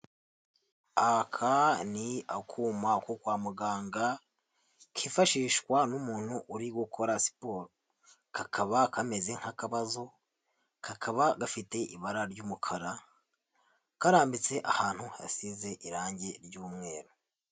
Aka ni akuma ko kwa muganga, kifashishwa n'umuntu uri gukora siporo, kakaba kameze nk'akabazo, kakaba gafite ibara ry'umukara, karambitse ahantu hasize irangi ry'umweru.